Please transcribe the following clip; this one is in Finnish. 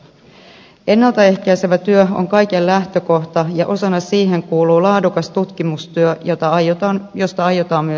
ennalta ehkäisevä työ on kaiken lähtökohta ja osana siihen kuuluu laadukas tutkimustyö josta aiotaan myös leikata